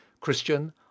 christian